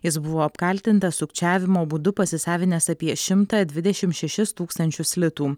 jis buvo apkaltintas sukčiavimo būdu pasisavinęs apie šimtą dvidešim šešis tūkstančius litų